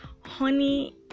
honey